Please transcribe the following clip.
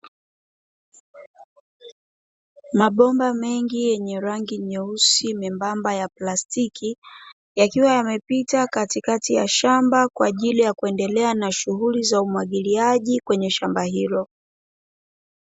Mabomba mengi yenye rangi nyeusi membamba ya plastiki, yakiwa yamepita katikati ya shamba kwa ajili ya kuendelea na shughuli za umwagiliaji kwenye shamba hilo.